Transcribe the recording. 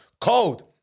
cold